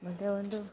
ಮುಂದೆ ಒಂದು